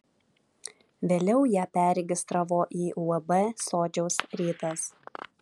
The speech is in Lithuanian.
vėliau ją perregistravo į uab sodžiaus rytas